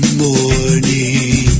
morning